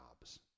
jobs